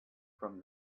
from